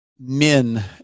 men